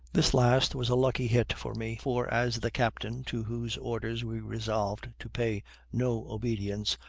this last was a lucky hit for me for, as the captain, to whose orders we resolved to pay no obedience,